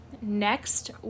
Next